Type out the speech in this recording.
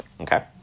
Okay